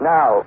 Now